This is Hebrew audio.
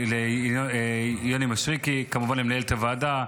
ליוני מישרקי, כמובן למנהלת הוועדה,